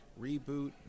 reboot